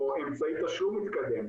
או אמצעי תשלום מתקדם,